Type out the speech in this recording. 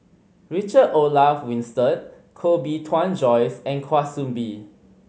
Richard Olaf Winstedt Koh Bee Tuan Joyce and Kwa Soon Bee